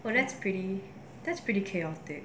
oh that's pretty that's pretty chaotic